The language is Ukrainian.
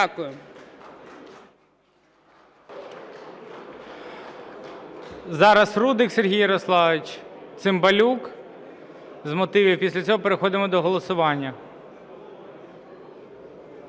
Зараз Рудик Сергій Ярославович. Цимбалюк – з мотивів. Після цього переходимо до голосування.